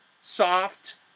Soft